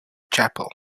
chapel